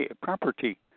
property